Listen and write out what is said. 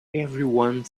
everyone